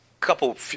couple